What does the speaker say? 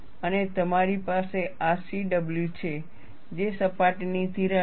અને તમારી પાસે આ C W છે જે સપાટીની તિરાડ છે